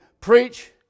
preach